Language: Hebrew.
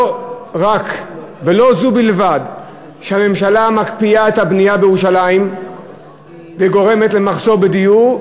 לא זו בלבד שהממשלה מקפיאה את הבנייה בירושלים וגורמת למחסור בדיור,